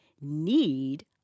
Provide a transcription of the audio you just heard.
need